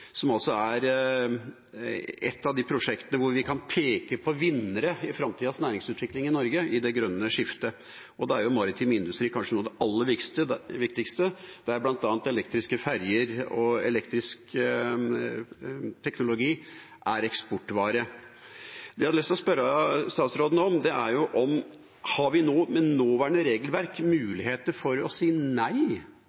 grønne skiftet. Da er maritim industri kanskje noe av det aller viktigste, der bl.a. elektriske ferjer og elektrisk teknologi er eksportvare. Det jeg har lyst til å spørre statsråden om, er om vi med nåværende regelverk